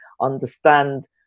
understand